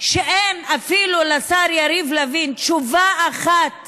שאין לשר יריב לוין אפילו תשובה אחת